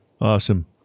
Awesome